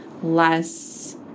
less